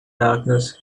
darkness